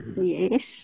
Yes